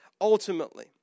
ultimately